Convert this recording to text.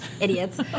idiots